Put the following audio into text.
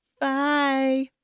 Bye